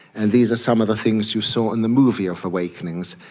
and these are some of the things you saw in the movie of awakenings.